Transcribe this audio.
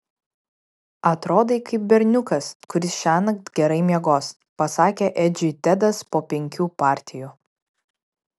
atrodai kaip berniukas kuris šiąnakt gerai miegos pasakė edžiui tedas po penkių partijų